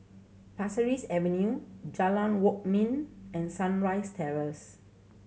Pasir Ris Avenue Jalan Kwok Min and Sunrise Terrace